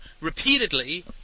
repeatedly